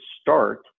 start